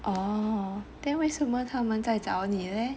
oh then 为什么他们在找你 leh